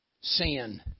sin